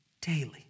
daily